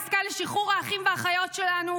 העסקה לשחרור האחים והאחיות שלנו,